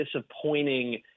disappointing